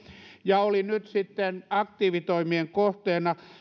ja oli nyt sitten aktiivitoimien kohteena